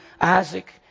Isaac